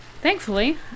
Thankfully